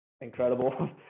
Incredible